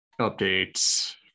updates